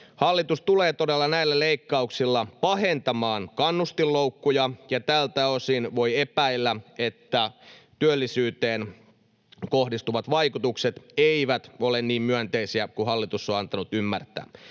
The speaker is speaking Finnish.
Hallitus tulee todella näillä leikkauksilla pahentamaan kannustinloukkuja, ja tältä osin voi epäillä, että työllisyyteen kohdistuvat vaikutukset eivät ole niin myönteisiä kuin hallitus on antanut ymmärtää.